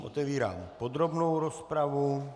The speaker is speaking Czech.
Otevírám podrobnou rozpravu.